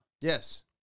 Yes